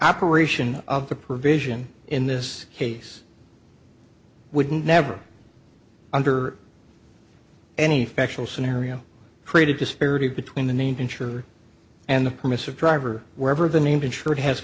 operation of the provision in this case would never under any factual scenario created disparity between the named insured and the permissive driver wherever the named insured has